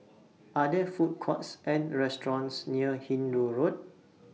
Are There Food Courts and restaurants near Hindoo Road